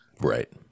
Right